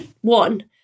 one